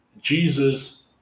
Jesus